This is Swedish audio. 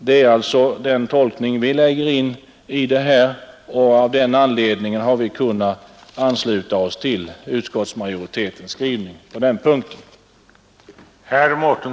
Det är alltså den tolkning vi lägger in i det här och av den anledningen har vi kunnat ansluta oss till utskottsmajoritetens skrivning på den punkten.